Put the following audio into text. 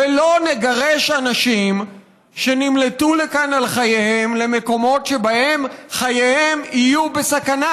ולא נגרש אנשים שנמלטו לכאן על חייהם למקומות שבהם חייהם יהיו בסכנה.